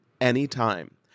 anytime